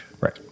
Right